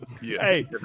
Hey